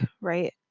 right